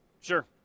Sure